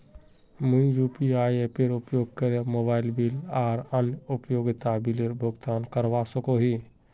मुई यू.पी.आई एपेर उपयोग करे मोबाइल बिल आर अन्य उपयोगिता बिलेर भुगतान करवा सको ही